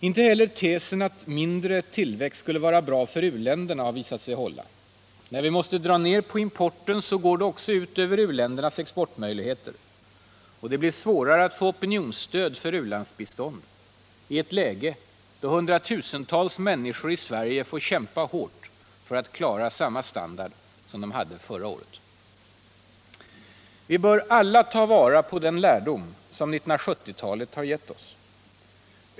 Inte heller tesen att mindre tillväxt skulle vara bra för u-länderna har visat sig hålla. När vi måste dra ner på importen går det också ut över u-ländernas exportmöjligheter. Och det blir svårare att få opinionsstöd för u-landsbistånd i ett läge där hundratusentals människor i Sverige får kämpa hårt för att klara samma standard som de hade förra året. Vi bör alla ta vara på den lärdom som 1970-talet gett oss.